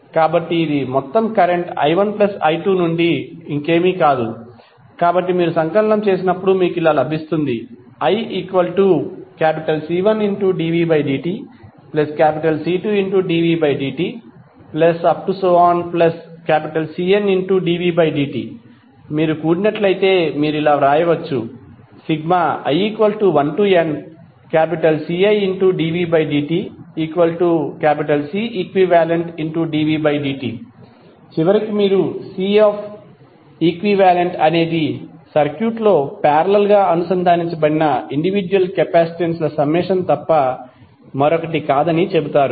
కాబట్టి ఇది మొత్తం కరెంట్ i1 ప్లస్ i2 నుండి ఇంకేమీ కాదు కాబట్టి మీరు సంకలనం చేసినప్పుడు మీకు లభిస్తుంది iC1dvdtC2dvdtCndvdt మీరు కూడినట్లైతే మీరు వ్రాయవచ్చు i1nCidvdtCeqdvdt చివరికి మీరు సి ఈక్వివాలెంట్ అనేది సర్క్యూట్లో పారేలల్ అనుసంధానించబడిన ఇండివిడ్యుయల్ కెపాసిటెన్సుల సమ్మేషన్ తప్ప మరొకటి కాదని చెబుతారు